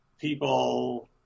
People